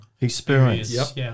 experience